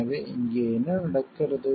எனவே இங்கே என்ன நடக்கிறது